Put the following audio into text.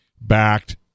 backed